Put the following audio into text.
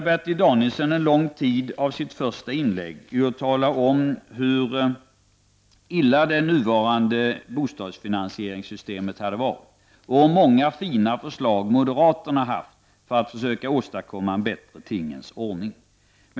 Bertil Danielsson ägnade en stor del av sitt inlägg till att tala om hur illa det nuvarande bostadsfinansieringssystemet är och hur många fina förslag moderaterna har haft för att försöka åstadkomma en bättre tingens ordning.